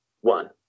one